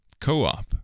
Co-op